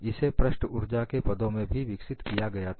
इसे पृष्ठ ऊर्जा के पदों में भी विकसित किया गया था